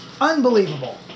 Unbelievable